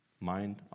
mind